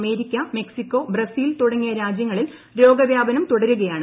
America Mexico Brazil തുടങ്ങിയ രാജ്യങ്ങളിൽ രോഗവ്യാപനം തുടരുകയാണ്